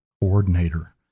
coordinator